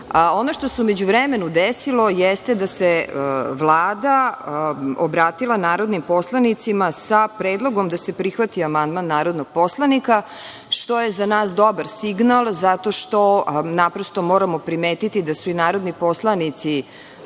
što se u međuvremenu desilo jeste da se Vlada obratila narodnim poslanicima sa predlogom da se prihvati amandman narodnog poslanika što je za nas dobar signal, zato što naprosto, moramo primetiti da su i narodni poslanici